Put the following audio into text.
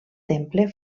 temple